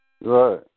Right